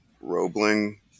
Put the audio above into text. Roebling